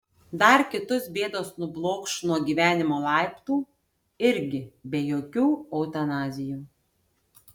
dar kitus bėdos nublokš nuo gyvenimo laiptų irgi be jokių eutanazijų